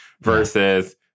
versus